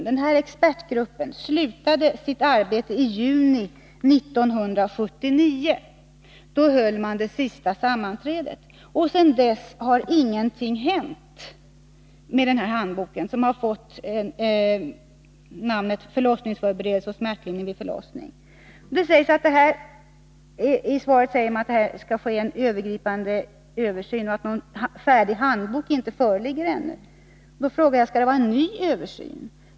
Denna expertgrupp höll sitt sista sammanträde i juni 1979, och sedan dess har ingenting hänt med handboken, som har fått namnet Förlossningsförberedelse och smärtlindring vid förlossning. Statsrådet säger i sitt svar att det skall ske en övergripande översyn och att någon färdig handbok ännu inte föreligger. Jag vill då fråga: Skall det göras en ny översyn?